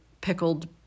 pickled